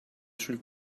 sul